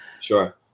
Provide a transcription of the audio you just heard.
sure